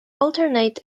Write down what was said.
alternate